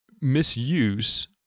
misuse